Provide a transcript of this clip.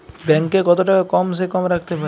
Bank এ কত টাকা কম সে কম রাখতে পারি?